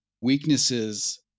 weaknesses